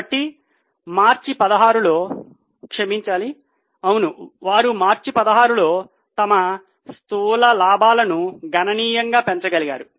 కాబట్టి మార్చి 16 లో క్షమించాలి అవును వారు మార్చి16లో తమ స్థూల లాభాలను గణనీయంగా పెంచగలిగారు